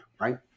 right